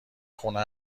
خونه